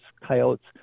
coyotes